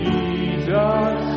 Jesus